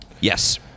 Yes